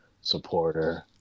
supporter